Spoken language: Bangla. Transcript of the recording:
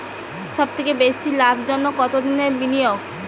সবথেকে বেশি লাভজনক কতদিনের বিনিয়োগ?